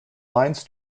lines